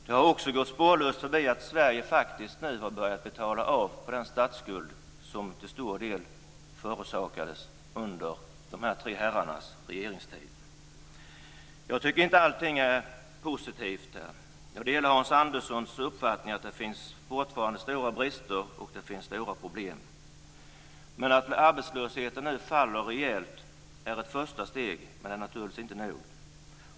Det har också gått spårlöst förbi att Sverige nu har börjat betala av på den statsskuld som till stor del förorsakades under de här tre herrarnas regeringstid. Jag tycker inte att allting är positivt, utan jag delar Hans Anderssons uppfattning att det fortfarande finns både stora brister och stora problem. Att arbetslösheten nu rejält faller är ett första steg, men det är naturligtvis inte nog.